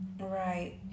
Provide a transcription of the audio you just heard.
right